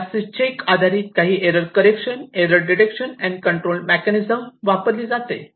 CRC check आधारित काही error correction error detection and control mechanism वापरली जाते